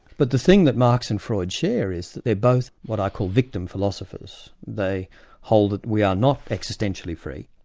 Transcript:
but the thing that marx and freud share is that they're both what i call victim philosophers. they hold that we are not existentially free.